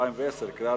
נגד, 1. אם כך,